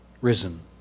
risen